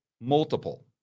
multiple